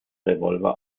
revolver